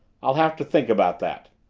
i'll have to think about that.